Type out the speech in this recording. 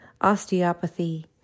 osteopathy